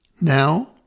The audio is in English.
Now